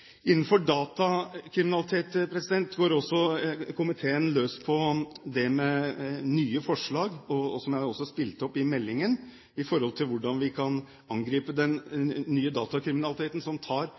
Datakriminalitet går også komiteen løs på med nye forslag, som også er spilt inn i meldingen, om hvordan vi kan angripe den